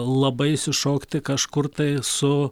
labai išsišokti kažkur tai su